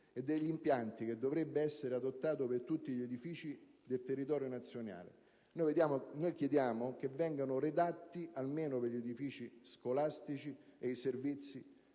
e degli impianti, che dovrebbe essere adottato per tutti gli edifici del territorio nazionale. Chiediamo che venga redatto almeno per gli edifici scolastici ed i servizi